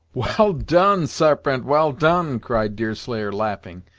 well done sarpent well done cried deerslayer laughing,